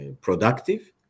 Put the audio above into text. productive